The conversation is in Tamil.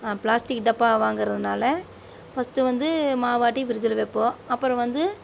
பிளாஸ்டிக் டப்பா வாங்கறதுனால ஃபஸ்ட்டு வந்து மாவாட்டி ஃப்ரிஜ்ஜில் வைப்போம் அப்பறம் வந்து